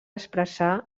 expressar